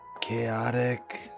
Chaotic